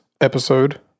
episode